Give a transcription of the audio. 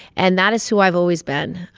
and that is who i've always been.